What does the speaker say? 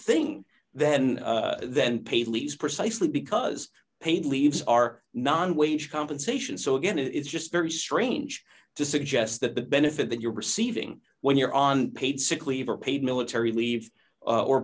thing then then paisley's precisely because paid leaves are non wage compensation so again it's just very strange to suggest that the benefit that you're receiving when you're on paid sick leave or paid military leave or